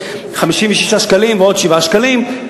56 שקלים ועוד 7 שקלים.